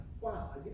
wow